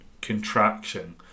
contraction